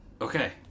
Okay